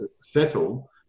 settle